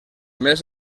més